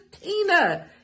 Tina